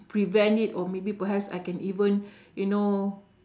prevent it or maybe perhaps I can even you know